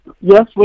Yes